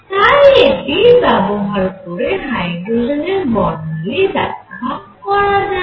তাই এটি ব্যবহার করে হাইড্রোজেনের বর্ণালী ব্যাখ্যা করা যাবে